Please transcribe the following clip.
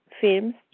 films